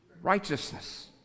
righteousness